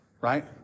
Right